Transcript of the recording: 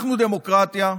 אנחנו דמוקרטיה,